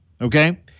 Okay